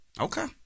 Okay